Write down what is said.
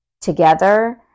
together